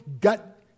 gut